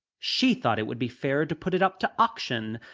she thought it would be fairer to put it up to auction.